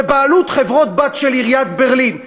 בבעלות חברות-בת של עיריית ברלין.